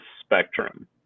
spectrum